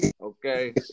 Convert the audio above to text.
okay